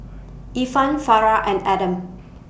Irfan Farah and Adam